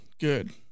good